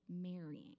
marrying